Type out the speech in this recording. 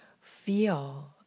Feel